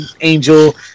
angel